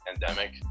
pandemic